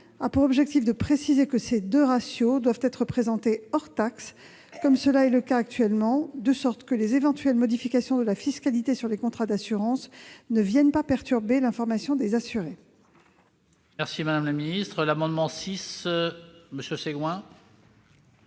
a pour objet de préciser que ces deux ratios doivent être présentés hors taxes, comme c'est le cas actuellement, de sorte que les éventuelles modifications de la fiscalité sur les contrats d'assurance ne viennent pas perturber l'information des assurés. L'amendement n° 6 rectifié,